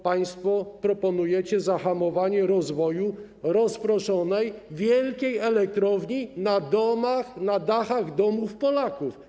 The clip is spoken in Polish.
Państwo proponujecie zahamowanie rozwoju rozproszonej wielkiej elektrowni na dachach domów Polaków.